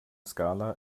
skala